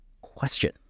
Question